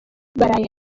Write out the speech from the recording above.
baraye